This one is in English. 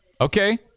Okay